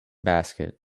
basket